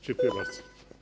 Dziękuję bardzo.